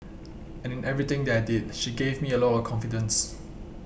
and in everything that I did she gave me a lot of confidence